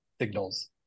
signals